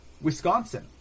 wisconsin